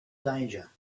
danger